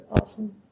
awesome